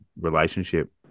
relationship